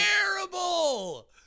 terrible